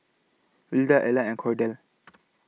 Wilda Ela and Kordell